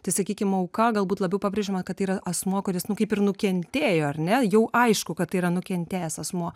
tai sakykim auka galbūt labiau pabrėžiama kad tai yra asmuo kuris kaip ir nukentėjo ar ne jau aišku kad tai yra nukentėjęs asmuo